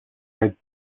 raids